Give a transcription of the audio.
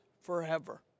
forever